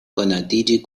konatiĝi